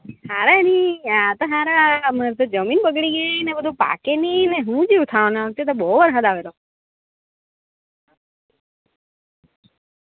હારા નહીં આ તો હારા અમારે તો જમીન બગડી ગઈ ને બધું પાકેય નહીં ને શું થયું આ વખતે તો બહુ વરસાદ આવેલો